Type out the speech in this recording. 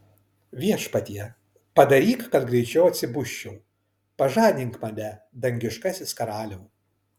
viešpatie padaryk kad greičiau atsibusčiau pažadink mane dangiškasis karaliau